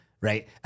right